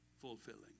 fulfilling